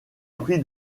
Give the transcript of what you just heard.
prix